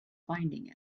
finding